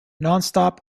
nonstop